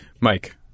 Mike